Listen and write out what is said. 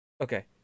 okay